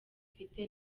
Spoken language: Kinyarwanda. mfite